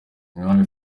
umwami